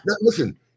Listen